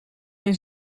eens